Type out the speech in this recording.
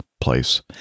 place